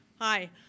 Hi